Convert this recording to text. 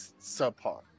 subpar